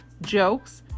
jokes